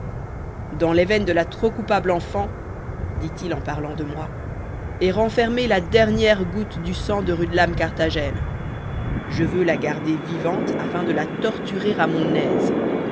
dans les veines de la trop coupable enfant dit-il en parlant de moi est renfermée la dernière goutte du sang de rudelamecarthagène je veux la garder vivante afin de la torturer à mon aise